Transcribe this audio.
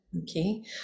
Okay